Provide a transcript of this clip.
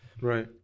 Right